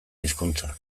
hizkuntza